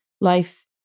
Life